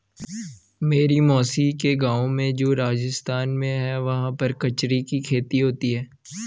मेरी मौसी के गाँव में जो राजस्थान में है वहाँ पर कचरी की खेती होती है